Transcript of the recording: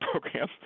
program